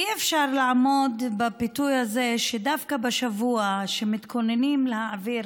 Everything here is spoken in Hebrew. אי-אפשר לעמוד בפיתוי הזה שדווקא בשבוע שמתכוננים להעביר